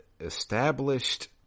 established